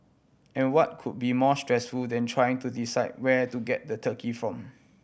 and what could be more stressful than trying to decide where to get the turkey from